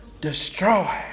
destroy